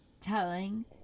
telling